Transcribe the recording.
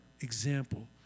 example